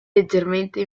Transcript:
leggermente